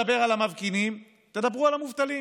הרי אם לא יהיה תקציב, אנחנו נהפוך ללקוח בסיכון.